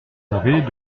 savez